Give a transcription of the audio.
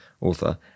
author